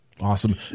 Awesome